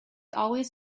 always